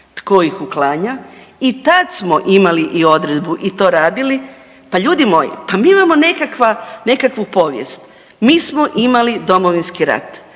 tko ih uklanja i tad smo imali i odredbu i to radili. Pa ljudi moji, mi imamo nekakva, nekakvu povijest, mi smo imali Domovinski rat,